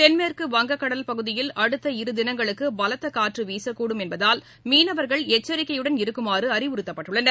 தென்மேற்கு வங்ககடல் பகுதியில் அடுத்த இருதினங்களுக்கு பலத்த காற்று வீசக்கூடும் என்பதால் மீனவர்கள் எச்சரிக்கையுடன் இருக்குமாறு அறிவுறுத்தப்பட்டுள்ளனர்